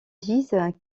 disent